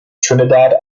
trinidad